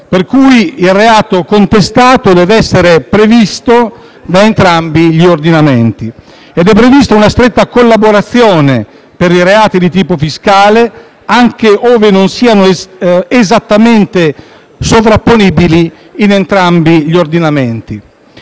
per cui il reato contestato deve essere previsto da entrambi gli ordinamenti. È inoltre prevista una stretta collaborazione per i reati di tipo fiscale, anche ove non siano esattamente sovrapponibili in entrambi gli ordinamenti.